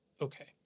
okay